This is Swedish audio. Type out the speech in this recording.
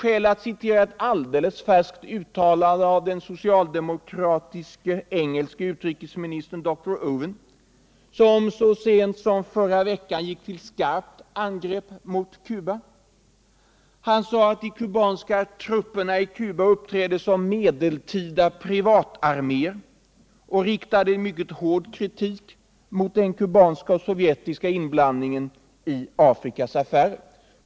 skäl att citera ett färskt uttalande av den socialdemokratiske engelske utrikesministern dr Owen, som så sent som förra veckan gick till skarpt angrepp mot Cuba. Han sade att de kubanska trupperna i Afrika uppträder som medeltida privatarméer och riktade en mycket hård kritik mot den kubanska och sovjetiska inblandningen i Afrikas affärer.